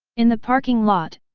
in the parking lot,